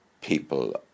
people